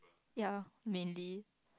yeah mainly